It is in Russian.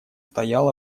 стоял